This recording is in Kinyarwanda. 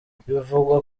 bivugwa